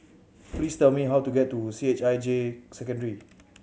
please tell me how to get to C H I J Secondary